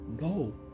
No